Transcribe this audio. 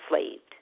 enslaved